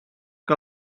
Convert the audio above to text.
que